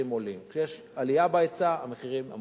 המחירים עולים; כשיש עלייה בהיצע,